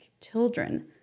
children